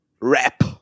Rap